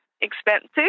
expensive